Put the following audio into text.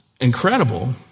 incredible